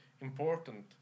important